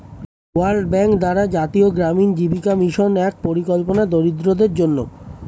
world bank দ্বারা জাতীয় গ্রামীণ জীবিকা মিশন এক পরিকল্পনা দরিদ্রদের জন্যে